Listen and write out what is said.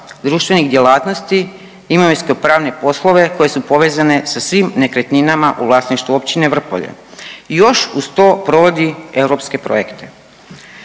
društvenih djelatnosti, imovinskopravne poslove koje su povezane sa svim nekretninama u vlasništvu Općine Vrpolje i još uz to provodi europske projekte.